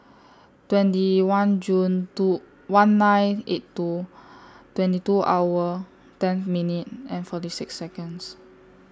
twenty one June two one nine eight two twenty two hour ten minute and forty six Seconds